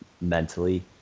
mentally